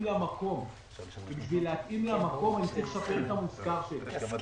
לה מקום ואני צריך לשפר את המושכר שלי.